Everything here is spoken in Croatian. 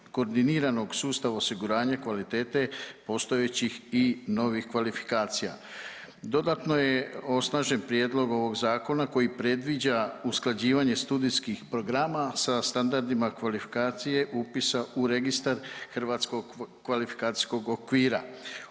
koordiniranog sustava osiguranja kvalitete postojećih i novih kvalifikacija. Dodatno je osnažen prijedlog ovog zakona koji predviđa usklađivanje studijskih programa sa standardima kvalifikacije upisa u registar hrvatskog kvalifikacijskog okvira.